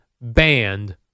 banned